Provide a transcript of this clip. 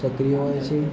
સક્રિય હોય છે